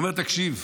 הוא אומר: תקשיב,